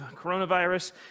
coronavirus